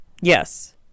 Yes